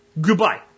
Goodbye